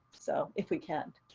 so if we can,